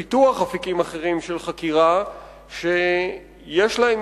ולהימנעות מפיתוח אפיקים אחרים של חקירה שיש להם